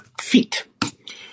feet